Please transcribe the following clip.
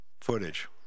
footage